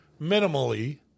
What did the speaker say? minimally